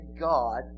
God